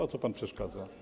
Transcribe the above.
Po co pan przeszkadza?